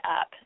up